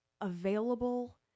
available